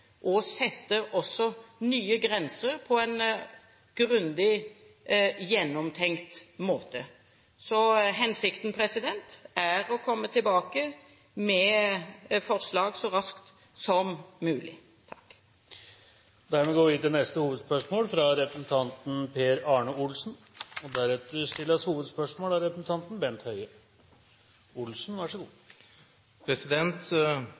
og setter nye grenser på en grundig, gjennomtenkt måte. Så hensikten er å komme tilbake med forslag så raskt som mulig. Vi går videre til neste hovedspørsmål. Mitt spørsmål går til helse- og